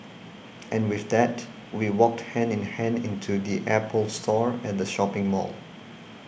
and with that we walked hand in hand into the Apple Store at the shopping mall